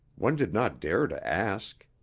one did not dare to ask.